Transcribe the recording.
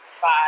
five